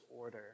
order